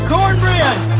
Cornbread